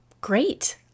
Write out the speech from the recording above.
great